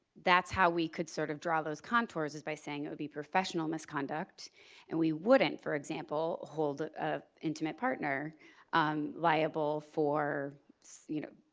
that's how we could sort of draw those contours is by saying it would be professional misconduct and we wouldn't, for example, hold an intimate partner liable for you know,